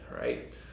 right